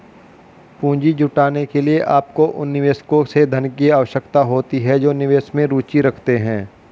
पूंजी जुटाने के लिए, आपको उन निवेशकों से धन की आवश्यकता होती है जो निवेश में रुचि रखते हैं